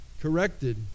corrected